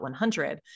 100